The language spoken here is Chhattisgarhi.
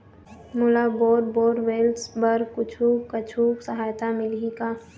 मोला बोर बोरवेल्स बर कुछू कछु सहायता मिलही का?